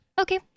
Okay